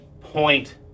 point